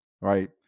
right